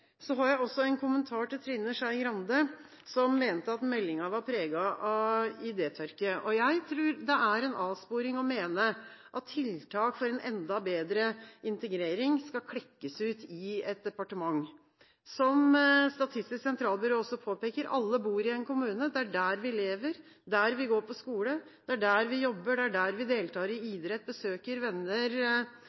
Så har jeg også en kommentar til Trine Skei Grande som mener at meldingen er preget av idétørke. Jeg tror det er en avsporing å mene at tiltak for en enda bedre integrering skal klekkes ut i et departement. Som Statistisk sentralbyrå også påpeker: Alle bor i en kommune, det er der vi lever – det er der vi går på skole, det er der vi jobber, det er der vi deltar i idrett, besøker venner,